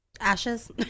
Ashes